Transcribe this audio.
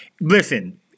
listen